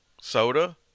soda